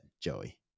Joey